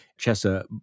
Chessa